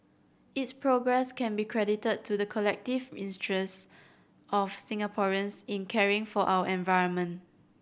its progress can be credited to the collective of Singaporeans in caring for our environment